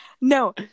no